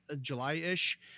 July-ish